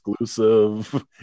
exclusive